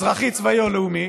אזרחי, צבאי או לאומי,